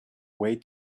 way